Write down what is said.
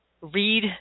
read